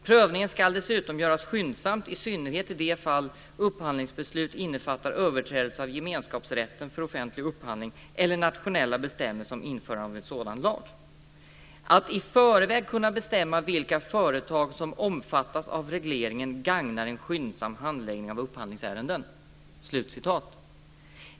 Prövningen ska dessutom göras skyndsamt, i synnerhet i de fall där upphandlingsbeslut innefattar överträdelse av gemenskapsrätten för offentlig upphandling eller nationella bestämmelser om införande av en sådan lag. Att i förväg kunna bestämma vilka företag som omfattas av regleringen gagnar en skyndsam handläggning av upphandlingsärenden. Så står det i rapporten.